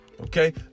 okay